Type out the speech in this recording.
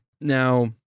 Now